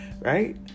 right